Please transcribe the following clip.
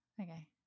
Okay